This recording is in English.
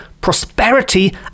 prosperity